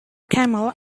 camel